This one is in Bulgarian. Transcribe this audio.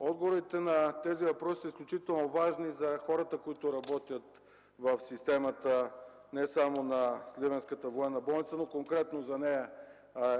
Отговорите на тези въпроси са изключително важни за хората, които работят в системата не само на сливенската военна болница, но конкретно за нея